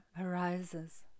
arises